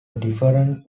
different